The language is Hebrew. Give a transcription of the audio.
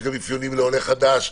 יש גם אפיונים לעולה חדש,